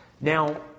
Now